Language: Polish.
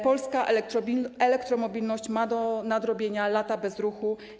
Polska elektromobilność ma do nadrobienia lata bezruchu.